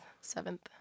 Seventh